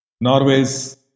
Norway's